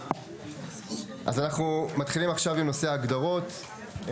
אנחנו מתחילים עכשיו עם נושא ההגדרות.